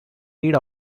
read